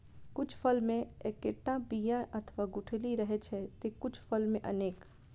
कुछ फल मे एक्केटा बिया अथवा गुठली रहै छै, ते कुछ फल मे अनेक